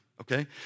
okay